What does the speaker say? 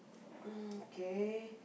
um kay